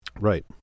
Right